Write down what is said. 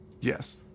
Yes